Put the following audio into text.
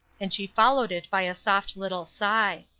and she followed it by a soft little sigh.